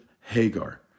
Hagar